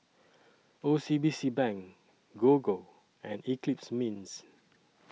O C B C Bank Gogo and Eclipse Mints